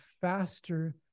faster